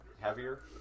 heavier